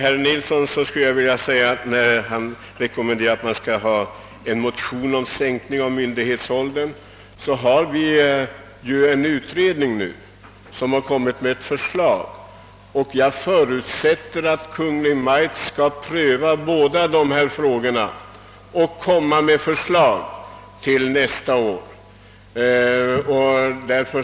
Herr Nilsson i Östersund rekommenderar en motion om sänkning av myndighetsåldern,. Jag vill framhålla att en utredning arbetar med denna fråga och har lagt fram ett förslag. Jag förutsätter att Kungl. Maj:t skall pröva båda dessa frågor och framlägga förslag till nästa års riksdag.